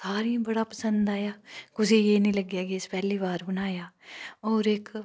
सारें गी बड़ा पसंद आया कुसै गी एह् नि लगेआ कि अस पैह्ली बार बनाया होर इक